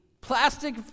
plastic